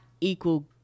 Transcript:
equal